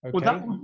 Okay